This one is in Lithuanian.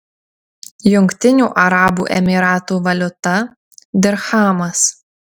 jungtinių arabų emyratų valiuta dirchamas